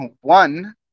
one